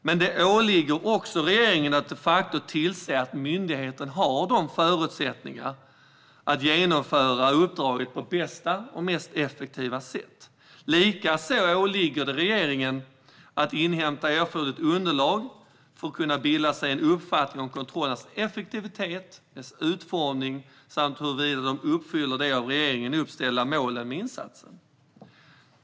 Men det ålåg också regeringen att tillse att myndigheten hade förutsättningar att genomföra uppdraget på bästa och mest effektiva sätt. Likaså ålåg det regeringen att inhämta erforderligt underlag för att kunna bilda sig en uppfattning om kontrollernas effektivitet och utformning samt huruvida de uppfyllde det av regeringen uppställda målet med insatsen.